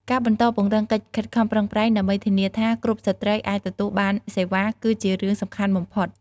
ការបន្តពង្រឹងកិច្ចខិតខំប្រឹងប្រែងដើម្បីធានាថាគ្រប់ស្ត្រីអាចទទួលបានសេវា គឺជារឿងសំខាន់បំផុត។